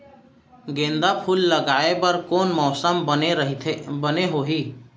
गेंदा फूल लगाए बर कोन मौसम बने होही?